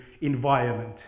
environment